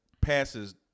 passes